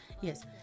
Yes